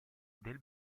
del